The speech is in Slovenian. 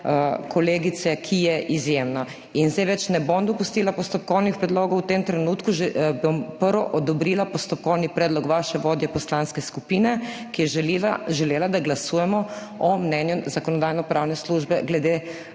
kolegico, ki je izjemna. Zdaj ne bom več dopustila postopkovnih predlogov, v tem trenutku. Najprej bom odobrila postopkovni predlog vaše vodje poslanske skupine, ki je želela, da glasujemo o mnenju Zakonodajno-pravne službe glede